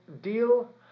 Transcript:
deal